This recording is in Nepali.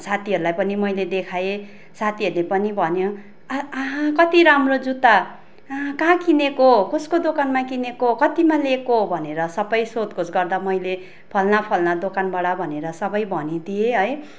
साथीहरूलाई पनि मैले देखाएँ साथीहरूले पनि भन्यो आहा कति राम्रो जुत्ता कहाँ किनेको कसको दोकानमा किनेको कतिमा लिएको भनेर सब सोध खोज गर्दा मैले फलाना फलाना दोकानबाट भनेर सबै भनिदिएँ है